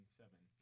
seven